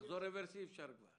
לחזור רברס כבר אי אפשר.